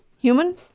human